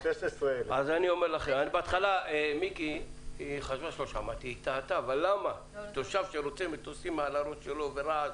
16,000. תושב שרוצה מטוסים ורעש מעל הראש שלו,